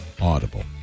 Audible